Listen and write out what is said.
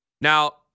Now